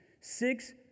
six